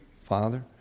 Father